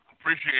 Appreciate